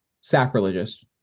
sacrilegious